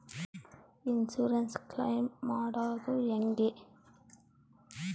Insurance claim ಮಾಡದು ಹೆಂಗೆ?